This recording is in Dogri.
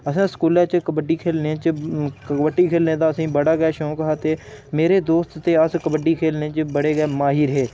असें स्कूलै च कबड्डी खेलने च कबड्ड़ी खेलने दा बड़ा गै शौंक हा ते मेरे दोस्त ते अस कबड्डी खेलने च बड़े गै माहिर हे